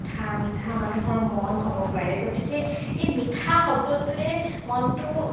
মিঠা মিঠা মানুহৰ মন হ'ব পাৰে গতিকে এই মিঠা শব্দটোৱে মনটো